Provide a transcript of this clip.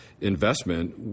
investment